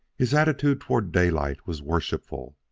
his attitude toward daylight was worshipful.